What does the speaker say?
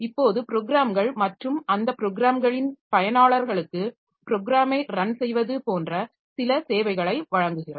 இப்போது ப்ரோக்ராம்கள் மற்றும் அந்த ப்ரோக்ராம்களின் பயனாளர்களுக்கு ப்ரோக்ராமை ரன் செய்வது போன்ற சில சேவைகளை வழங்குகிறது